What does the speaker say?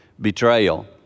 Betrayal